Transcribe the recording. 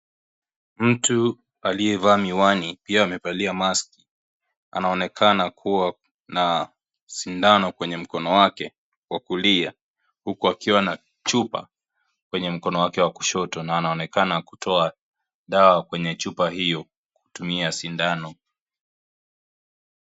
Mtu aliyevaa miwani pia amevalia maski , anaonekana kuwa na sindano kwenye mkono wake wa kulia huku akiwa na chupa kwenye mkono wake wa kushoto na anaonekana kutoa dawa kwenye chupa hiyo kutumia sindano.